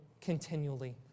continually